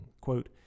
Quote